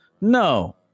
No